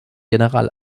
general